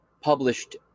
published